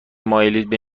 مایلید